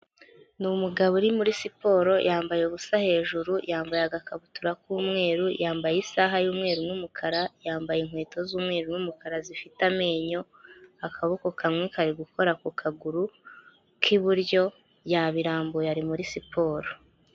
Ni umugabo uri muri siporo yambaye ubusa hejuru, yambaye agakabutura, k'umweru yambaye isaha y'umweru n'umukara, yambaye inkweto z'umweru n'umukara zifite amenyo, akaboko kamwe kari gukora ku kaguru k'iburyo yabirambuye ari muri siporo.